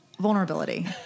Vulnerability